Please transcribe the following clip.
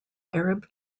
arab